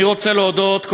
אני רוצה להודות,